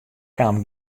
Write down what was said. kaam